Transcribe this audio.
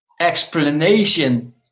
explanation